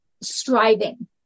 striving